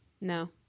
No